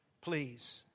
please